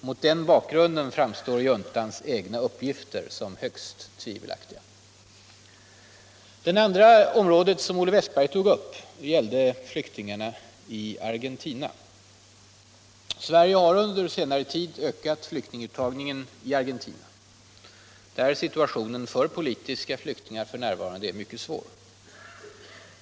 Mot den bakgrunden framstår juntans egna uppgifter som högst tvivelaktiga. Det andra området som Olle Wästberg tog upp gällde flyktingarna i Argentina. Sverige har under senare tid ökat flyktinguttagningen i Argentina, där situationen för politiska flyktingar f. n. är mycket svår.